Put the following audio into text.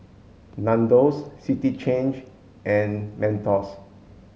Nandos City Change and Mentos